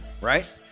right